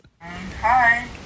Hi